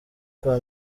kwa